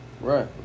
Right